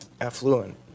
affluent